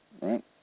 right